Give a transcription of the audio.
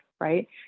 right